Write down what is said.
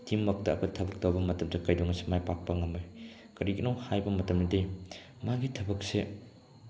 team work ꯇꯧꯕ ꯃꯇꯝꯗ ꯊꯕꯛ ꯇꯧꯕ ꯃꯇꯝꯗ ꯀꯩꯗꯧꯉꯩꯗꯁꯨ ꯃꯥꯏ ꯄꯥꯛꯄ ꯉꯝꯃꯣꯏ ꯀꯔꯤꯒꯤꯅꯣ ꯍꯥꯏꯕ ꯃꯇꯝꯗꯗꯤ ꯃꯥꯒꯤ ꯊꯕꯛꯁꯦ